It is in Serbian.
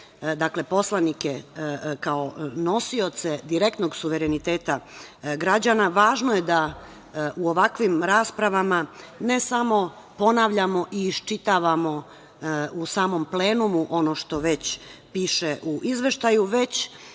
dakle, poslanike kao nosioce direktnog suvereniteta građana, važno je da u ovakvim raspravama ne samo ponavljamo i iščitavamo u samom plenumu ono što već piše u izveštaju, već